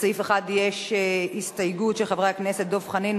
לסעיף 1 יש הסתייגות של חברי הכנסת דב חנין,